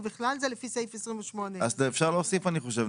ובכלל זה לפי סעיף 28. אז אפשר להוסיף אני חושב,